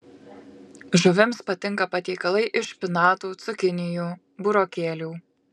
žuvims patinka patiekalai iš špinatų cukinijų burokėlių